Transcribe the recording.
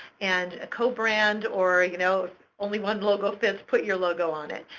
and co-brand or you know if only one logo fits, put your logo on it.